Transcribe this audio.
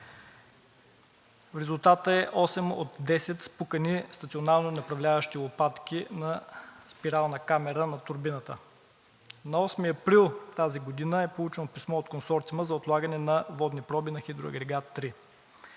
Резултатът е 8 от 10 спукани стационарно направляващи лопатки на спирална камера на турбината. На 8 април тази година е получено писмо от Консорциума за отлагане на водни проби на хидроагрегат 3.